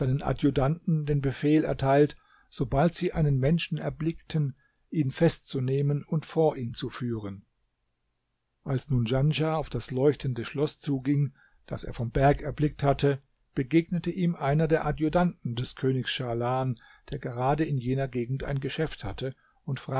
adjutanten den befehl erteilt sobald sie einen menschen erblickten ihn festzunehmen und vor ihn zu führen als nun djanschah auf das leuchtende schloß zuging das er vom berg erblickt hatte begegnete ihm einer der adjutanten des königs schahlan der gerade in jener gegend ein geschäft hatte und